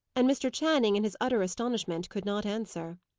and mr. channing, in his utter astonishment, could not answer.